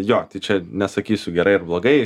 jo tai čia nesakysiu gerai ir blogai